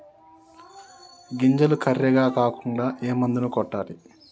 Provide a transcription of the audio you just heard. గింజలు కర్రెగ కాకుండా ఏ మందును కొట్టాలి?